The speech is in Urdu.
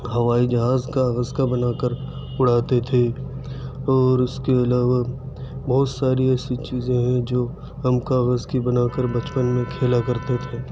ہوائی جہاز کاغذ کا بنا کر اڑاتے تھے اور اِس کے علاوہ بہت ساری ایسی چیزیں ہیں جو ہم کاغذ کی بنا کر بچپن میں کھیلا کرتے تھے